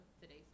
today's